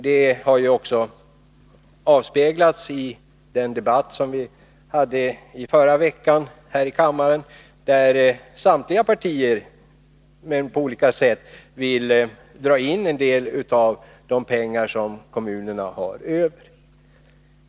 Detta förhållande avspeglades också i den debatt som fördes här i kammaren förra veckan, då det visade sig att samtliga partier — men på olika sätt — ville dra in en del av de pengar som kommunerna har över.